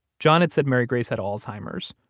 john had said mary grace had alzheimer's.